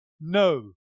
No